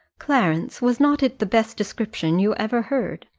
clarence, was not it the best description you ever heard?